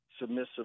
submissive